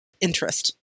interest